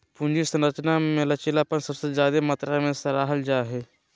पूंजी संरचना मे लचीलापन सबसे ज्यादे मात्रा मे सराहल जा हाई